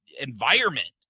environment